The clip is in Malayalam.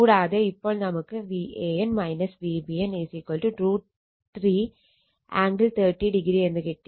കൂടാതെ ഇപ്പോൾ നമുക്ക് Van Vbn √ 3 ആംഗിൾ 30o എന്ന് കിട്ടി